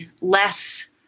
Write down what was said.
less